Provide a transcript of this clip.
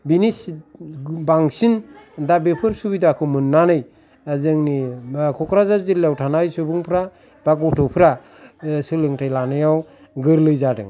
बिनि बांसिन दा बेफोर सुबिदाखाै मोननानै जोंनि क'क्राझार जिल्लायाव थानाय सुबुंफ्रा बा गथ'फ्रा सोलोंथाय लानायआव गोरलै जादों